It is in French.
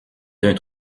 d’un